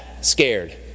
scared